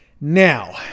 Now